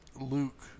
Luke